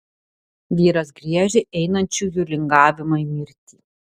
vyras griežia einančiųjų lingavimą į mirtį